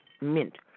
mint